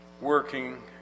working